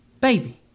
Baby